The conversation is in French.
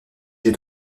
j’ai